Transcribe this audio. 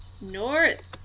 North